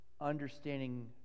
Understanding